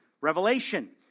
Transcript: revelation